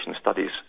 Studies